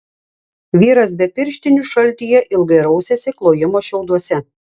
vyras be pirštinių šaltyje ilgai rausėsi klojimo šiauduose